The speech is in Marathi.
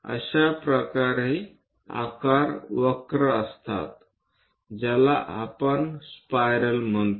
अशा प्रकारचे आकार वक्र असतात ज्याला आपण स्पायरल म्हणतो